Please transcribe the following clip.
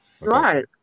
Right